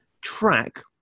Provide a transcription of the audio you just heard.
track